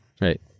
Right